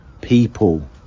people